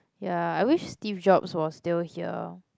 ya I wish Steve-Jobs was still here